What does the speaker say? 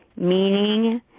meaning